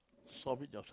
solve it yourself